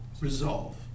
resolve